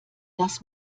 das